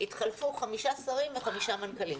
התחלפו חמישה שרים וחמישה מנכ"לים.